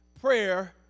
prayer